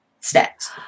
steps